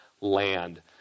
land